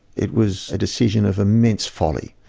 it was a decision of immense folly,